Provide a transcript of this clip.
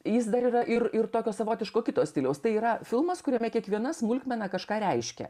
jis dar yra ir ir tokio savotiško kito stiliaus tai yra filmas kuriame kiekviena smulkmena kažką reiškia